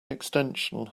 extension